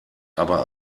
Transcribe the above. aber